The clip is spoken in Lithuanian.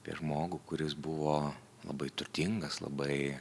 apie žmogų kuris buvo labai turtingas labai